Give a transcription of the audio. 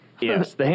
Yes